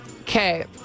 Okay